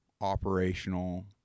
operational